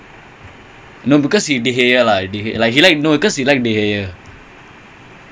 Manchester United quite sad lah like you know last time last last time if you are a Manchester United fan